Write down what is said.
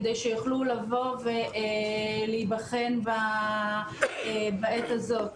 כדי שיוכלו לבוא ולהיבחן בעת הזאת.